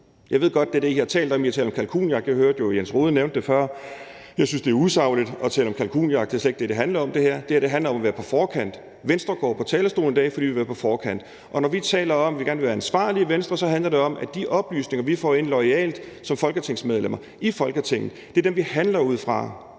Jeg ved godt, at det er det, man har talt om; man har talt om kalkunjagt – jeg hørte jo, Jens Rohde nævnte det før. Jeg synes, det er usagligt at tale om kalkunjagt, for det er slet ikke det, det her handler om. Det her handler om at være på forkant. Venstre går på talerstolen i dag, fordi vi vil være på forkant. Og når vi taler om, at vi gerne vil være ansvarlige i Venstre, så handler det om, at de oplysninger, vi får loyalt som folketingsmedlemmer i Folketinget, er dem, vi handler ud fra.